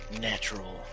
natural